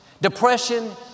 Depression